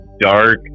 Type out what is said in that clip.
dark